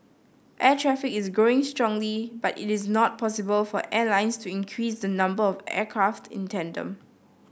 air traffic is growing strongly but it is not possible for airlines to increase the number of aircraft in tandem